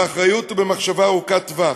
באחריות ובמחשבה ארוכת טווח.